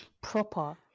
Proper